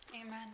Amen